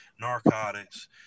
narcotics